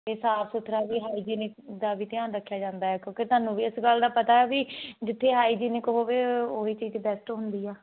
ਇਹ ਸਾਫ ਸੁਥਰਾ ਵੀ ਹਾਈਜੀਨਿਕ ਦਾ ਵੀ ਧਿਆਨ ਰੱਖਿਆ ਜਾਂਦਾ ਕਿਉਂਕਿ ਤੁਹਾਨੂੰ ਵੀ ਇਸ ਗੱਲ ਦਾ ਪਤਾ ਵੀ ਜਿੱਥੇ ਹਾਈਜੀਨਿਕ ਹੋਵੇ ਉਹੀ ਚੀਜ਼ ਬੈਸਟ ਹੁੰਦੀ ਆ